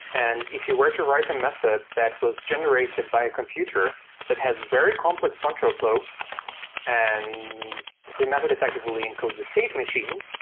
and if you were to write a method that was generated by a computer that has very complex counter fl ow and the method effectively encodes a state machine,